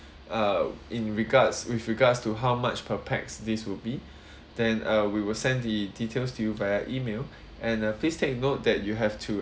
uh in regards with regards to how much per pax this will be then uh we will send the details to you via email and uh please take note that you have to